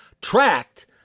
tracked